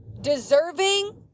deserving